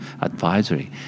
advisory